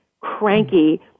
cranky